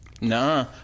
Nah